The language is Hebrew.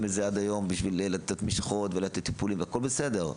בזה עד היום בשביל לתת משחות ולתת טיפולים והכל בסדר,